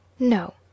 no